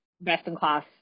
best-in-class